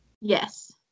Yes